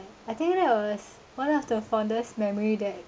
I think that was one of the fondest memory there